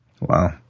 Wow